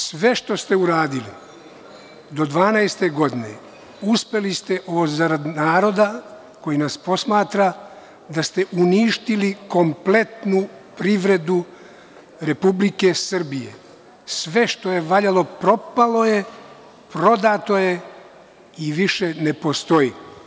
Sve što ste uradili do 2012. godine uspeli ste, zarad naroda koji nas posmatra, da uništite kompletnu privredu Republike Srbije, sve što je valjalo propalo je, prodato je i više ne postoji.